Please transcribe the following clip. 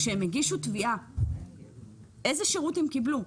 כשהם הגישו תביעה איזה שירות הם קיבלו?